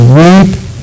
weep